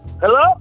hello